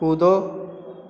कूदो